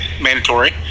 mandatory